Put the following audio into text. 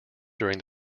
during